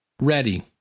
Ready